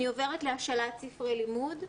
אני עוברת להשאלת ספרי לימוד.